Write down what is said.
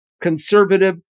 conservative